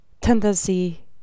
tendency